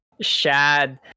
Shad